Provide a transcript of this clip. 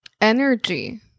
energy